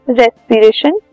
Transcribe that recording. respiration